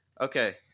Okay